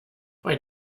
bei